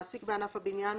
מעסיק בענף הבניין,